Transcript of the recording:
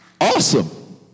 Awesome